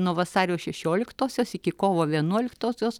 nuo vasario šešioliktosios iki kovo vienuoliktosios